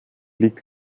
liegt